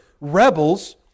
rebels